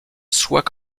soit